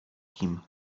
kim